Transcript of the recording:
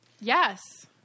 yes